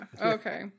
Okay